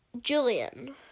Julian